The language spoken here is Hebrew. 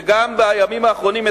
וגם בימים האחרונים,